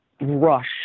Rush